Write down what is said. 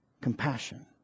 compassion